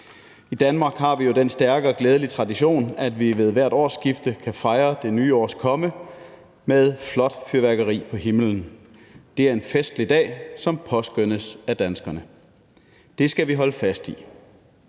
I Danmark har vi jo den stærke og glædelige tradition, at vi ved hvert årsskifte kan fejre det nye års komme med flot fyrværkeri på himlen. Det er en festlig dag, som påskønnes af danskerne. Det skal vi holde fast i.